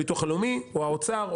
הביטוח הלאומי או האוצר,